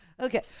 Okay